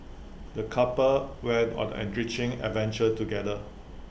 the couple went on an enriching adventure together